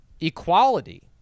equality